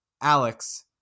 Alex